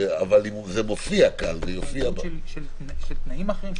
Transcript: אבל זה יופיע כאן --- חריגות של תנאים אחרים,